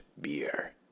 beer